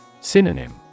Synonym